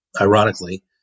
ironically